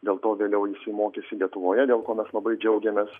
dėl to vėliau jisai mokėsi lietuvoje dėl ko mes labai džiaugiamės